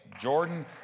jordan